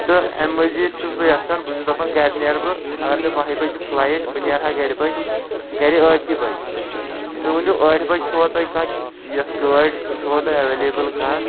تہِ اَمہِ مزید چھُس بہٕ یژھان بہٕ چھُس دپان گرِ نیر بہٕ اگر مے باہہِ بجہِ چھِ فُلایٹ بہٕ نیرٕ یا گرِ بجہِ گرِ ٲٹھِی بجہِ تُہی ؤنِو ٲٹھِ بجہِ چُھوا تُہی کانٛہہہ یۅس گٲڑۍ چھِوا تۅہہِ ایٚویلیبُل کانٛہہ